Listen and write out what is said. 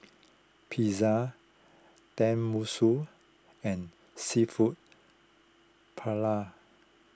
Pizza Tenmusu and Seafood Paella